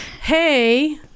Hey